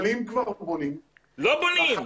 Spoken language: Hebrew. אבל אם כבר בונים --- לא בונים.